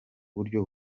buryo